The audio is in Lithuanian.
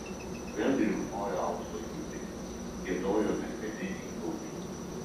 vėl riaumojo aukso liūtai giedojo mechaniniai paukščiai